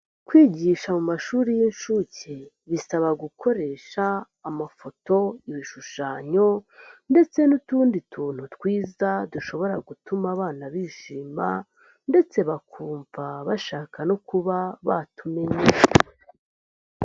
Kwigisha mu mashuri y'inshuke bisaba gukoresha amafoto, ibishushanyo ndetse n'utundi tuntu twiza dushobora gutuma abana bishima ndetse bakumva bashaka no kuba batumenya.